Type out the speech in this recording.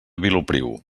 vilopriu